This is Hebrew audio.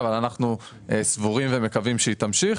אבל אנחנו סבורים ומקווים שהיא תמשיך